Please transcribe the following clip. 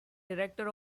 director